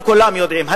וכולם יודעים.